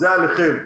זה עליכם.